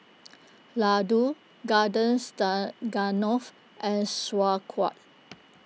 Ladoo Garden and Sauerkraut